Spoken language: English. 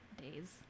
days